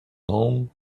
home